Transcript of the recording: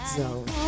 zone